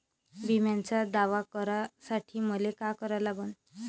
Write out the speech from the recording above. बिम्याचा दावा करा साठी मले का करा लागन?